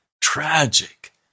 tragic